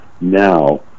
now